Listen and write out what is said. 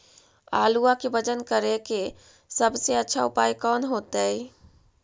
आलुआ के वजन करेके सबसे अच्छा उपाय कौन होतई?